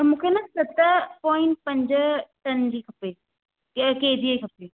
मूंखे ना सत पॉइंट पंज टन जी खपे केजीअ जी खपे